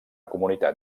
comunitat